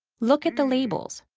look at the labels,